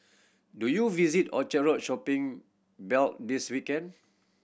do you visit Orchard Road shopping belt this weekend